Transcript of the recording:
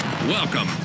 Welcome